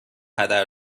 هدر